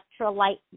electrolyte